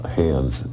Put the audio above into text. hands